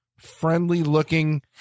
friendly-looking